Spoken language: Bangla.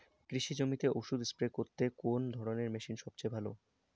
কৃষি জমিতে ওষুধ স্প্রে করতে কোন ধরণের মেশিন সবচেয়ে ভালো?